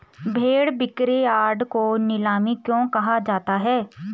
भेड़ बिक्रीयार्ड को नीलामी क्यों कहा जाता है?